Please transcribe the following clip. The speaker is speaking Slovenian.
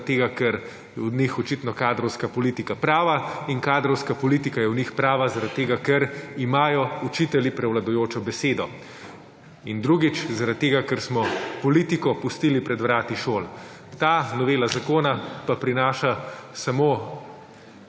zaradi tega, ker je v njih očitno kadrovska politika prava in kadrovska politika je v njih prava zaradi tega, ker imajo učitelji prevladujočo besedo. In drugič, zaradi tega, ker smo politiko pustili pred vrati šol. Ta novela zakona pa prinaša samo